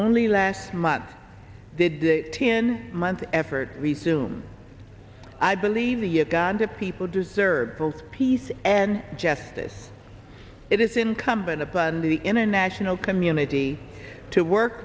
only last month did the ten month effort resume i believe the uganda people deserve both peace and justice it is incumbent upon the international community to work